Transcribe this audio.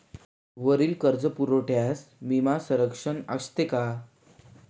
वरील कर्जपुरवठ्यास विमा संरक्षण असते का?